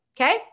Okay